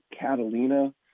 Catalina